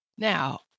Now